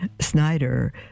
Snyder